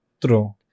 true